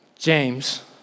James